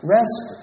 Rest